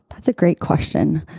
that's a great question.